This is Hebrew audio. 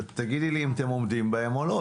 תגידי לי אם אתם עומדים בהם או לא.